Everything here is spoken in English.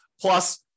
Plus